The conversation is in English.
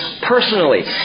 personally